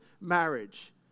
marriage